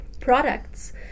Products